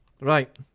Right